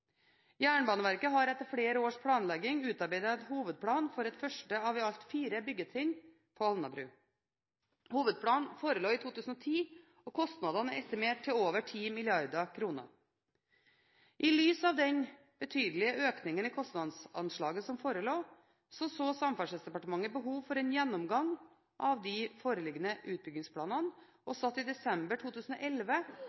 Jernbaneverket har etter flere års planlegging utarbeidet en hovedplan for et første av i alt fire byggetrinn på Alnabru. Hovedplanen forelå i 2010, og kostnadene er estimert til over 10 mrd. kr. I lys av den betydelige økningen i kostnadsanslaget som forelå, så Samferdselsdepartementet behov for en gjennomgang av de foreliggende utbyggingsplanene,